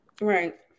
Right